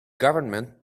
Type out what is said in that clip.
government